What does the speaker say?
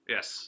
Yes